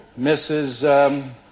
Mrs